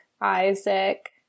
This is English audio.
Isaac